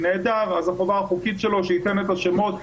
אז החובה החוקית שלו שייתן את השמות,